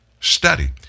study